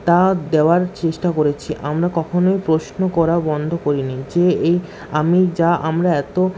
তা দেওয়ার চেষ্টা করেছি আমরা কখনো প্রশ্ন করা বন্ধ করিনি যে এই আমি যা আমরা এতো